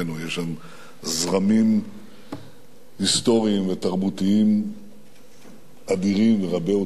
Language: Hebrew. יש שם זרמים היסטוריים ותרבותיים אדירים ורבי-עוצמה,